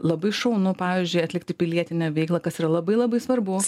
labai šaunu pavyzdžiui atlikti pilietinę veiklą kas yra labai labai svarbu